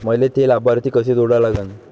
मले थे लाभार्थी कसे जोडा लागन?